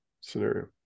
scenario